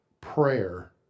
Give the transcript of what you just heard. prayer